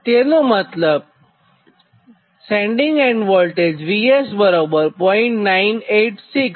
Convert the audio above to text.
તેનો મતલબ VS 0